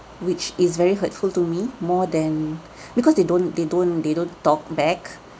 which is very hurtful to me more than because they don't they don't they don't talk back